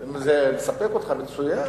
אם זה מספק אותך, מצוין.